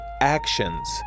actions